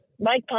Mike